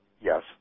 Yes